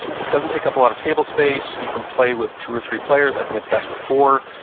it doesn't take up a lot of table space. you can play with two or three players. i think it's best with four.